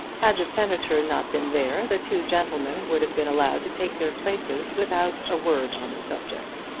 had the senator not been there the two gentlemen would have been allowed to take their places without a word on the subject.